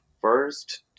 first